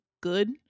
good